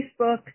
Facebook